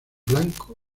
blanco